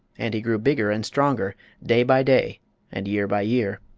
and he grew bigger and stronger day by day and year by year.